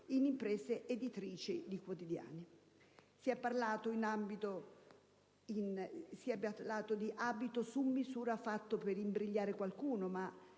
in imprese editrici di giornali quotidiani. Si è parlato di abito su misura fatto per imbrigliare qualcuno,